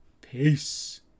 peace